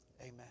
Amen